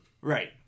Right